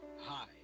Hi